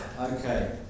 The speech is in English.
Okay